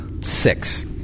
Six